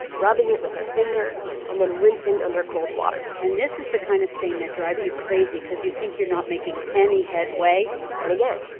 rubbing it with her finger and then rinsing under cold water and this is the kind of stain that drives you crazy because you think you're not making any headway and again,